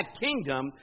kingdom